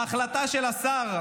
ההחלטה של השר,